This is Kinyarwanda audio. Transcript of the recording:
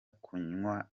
kunywa